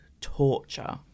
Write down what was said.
torture